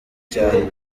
cyane